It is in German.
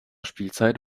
spielzeit